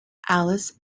alice